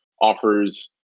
offers